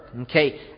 Okay